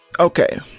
Okay